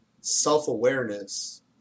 self-awareness